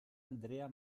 andrea